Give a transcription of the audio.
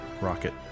rocket